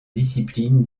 disciplines